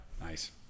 Nice